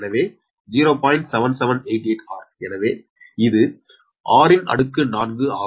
7788r எனவே இது r ன் அடுக்கு 4 ஆகும்